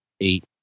eight